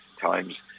times